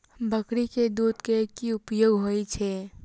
बकरी केँ दुध केँ की उपयोग होइ छै?